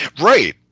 right